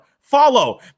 Follow